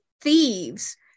thieves